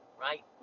right